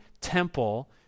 temple